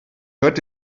hört